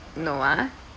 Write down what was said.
no ah